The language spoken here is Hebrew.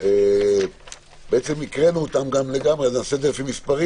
לא דובים ולא זבובים.